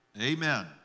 Amen